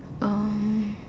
um